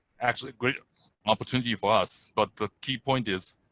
actually a great opportunity for us. but the key point, is